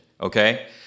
okay